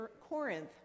Corinth